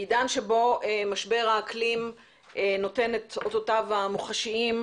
בעידן שבו משבר האקלים נותן את אותותיו המוחשיים,